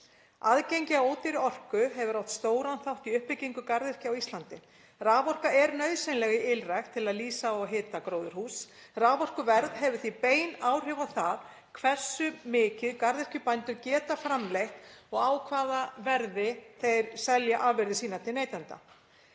Aðgengi að ódýrri orku hefur átt stóran þátt í uppbyggingu garðyrkju á Íslandi. Raforka er nauðsynleg í ylrækt til að lýsa og hita gróðurhús. Raforkuverð hefur því bein áhrif á það hversu mikið garðyrkjubændur geta framleitt og á hvaða verði þeir selja afurðir sínar til neytenda.